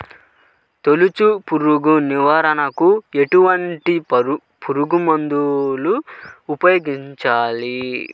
తొలుచు పురుగు నివారణకు ఎటువంటి పురుగుమందులు ఉపయోగించాలి?